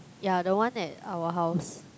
ya the one at our house